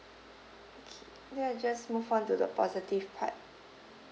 okay then I just move on to the positive part